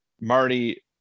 marty